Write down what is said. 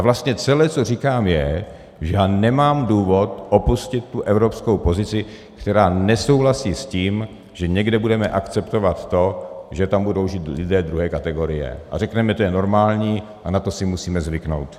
Vlastně celé, co já říkám, je, že nemám důvod opustit tu evropskou pozici, která nesouhlasí s tím, že někde budeme akceptovat to, že tam budou žít lidé druhé kategorie, a řekneme, to je normální a na to si musíme zvyknout.